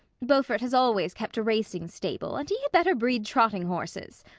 beaufort has always kept a racing stable, and he had better breed trotting horses.